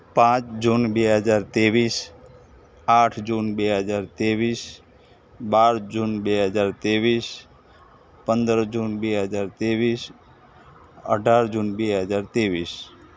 પાંચ જૂન બે હજાર ત્રેવીસ આઠ જૂન બે હજાર ત્રેવીસ બાર જૂન બે હજાર ત્રેવીસ પંદર જૂન બે હજાર ત્રેવીસ અઢાર જૂન બે હજાર ત્રેવીસ